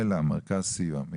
אלה, מרכז סיוע.